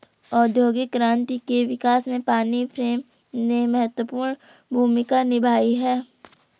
औद्योगिक क्रांति के विकास में पानी फ्रेम ने महत्वपूर्ण भूमिका निभाई है